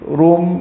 room